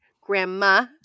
grandma